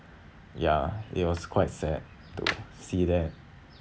ya it was quite sad to see that